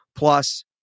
plus